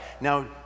now